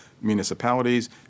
municipalities